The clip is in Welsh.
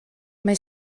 mae